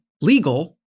legal